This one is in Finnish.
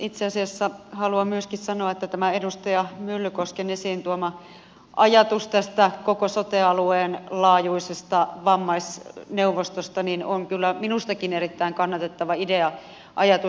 itse asiassa haluan myöskin sanoa että tämä edustaja myllykosken esiin tuoma ajatus tästä koko sote alueen laajuisesta vammaisneuvostosta on kyllä minustakin erittäin kannatettava idea ajatus